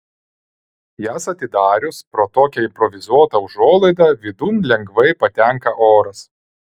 jas atidarius pro tokią improvizuotą užuolaidą vidun lengvai patenka oras